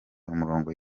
umurongo